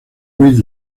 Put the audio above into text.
ruiz